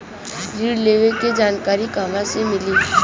ऋण लेवे के जानकारी कहवा से मिली?